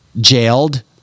jailed